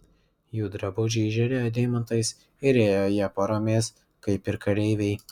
jų drabužiai žėrėjo deimantais ir ėjo jie poromis kaip ir kareiviai